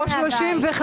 גם מהבית.